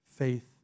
faith